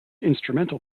instrumental